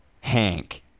Hank